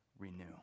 renew